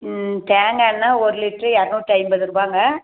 ம் தேங்காயெண்ண ஒரு லிட்ரு இரநூத்தி ஐம்பது ரூபாங்க